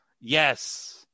Yes